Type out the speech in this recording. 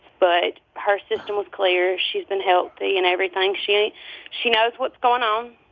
but her system was clear. she's been healthy and everything. she she knows what's going on.